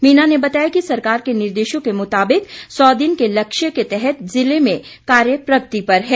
मीणा ने बताया कि सरकार के निर्देशों के मुताबिक सौ दिन के लक्ष्य के तहत जिले में कार्य प्रगति पर है